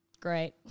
Great